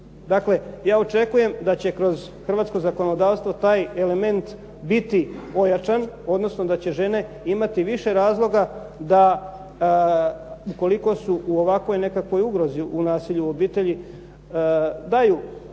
Dakle ja očekujem da će kroz hrvatsko zakonodavstvo taj element biti pojačan odnosno da će žene imati više razloga da ukoliko su u ovakvoj nekakvoj ugrozi u nasilju u obitelji da ju,